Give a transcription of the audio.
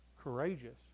courageous